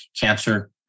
Cancer